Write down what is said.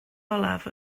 olaf